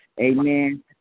Amen